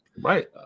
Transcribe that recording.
Right